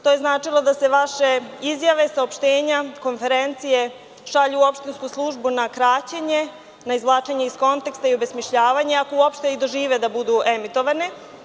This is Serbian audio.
To je značilo da se vaše izjave, saopštenja, konferencije šalju u opštinsku službu na kraćenje, na izvlačenje iz konteksta i obesmišljavanje ako uopšte i dožive da budu emitovane.